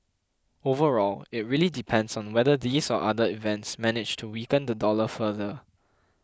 overall it really depends on whether these or other events manage to weaken the dollar further